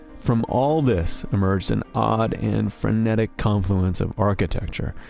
from all this emerged an odd and frenetic confluence of architecture,